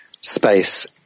space